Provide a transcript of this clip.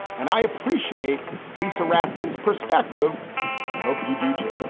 and i appreciate lisa raskin's perspective. i hope you do, too